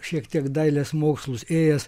šiek tiek dailės mokslus ėjęs